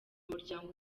muryango